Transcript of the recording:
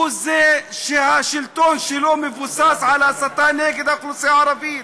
הוא זה שהשלטון שלו מבוסס על הסתה נגד האוכלוסייה הערבית.